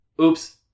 Oops